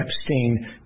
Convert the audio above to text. Epstein